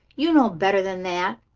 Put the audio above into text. you know better than that.